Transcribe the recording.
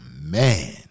man